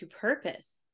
purpose